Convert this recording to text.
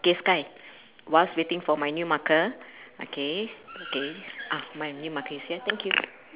~kay sky whilst waiting for my new marker okay okay oh my new marker is here thank you